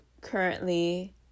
currently